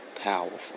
powerful